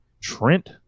Trent